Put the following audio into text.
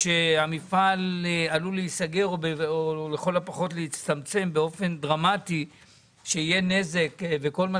שהמפעל עלול להיסגר או עלול להצטמצם באופן דרמטי כך שכל מה